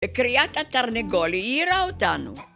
וקריאת התרנגול העירה אותנו.